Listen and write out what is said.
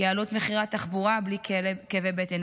יעלו את מחירי התחבורה בלי כאבי בטן.